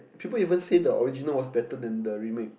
people even say the original was better than the remake